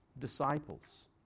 disciples